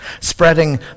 Spreading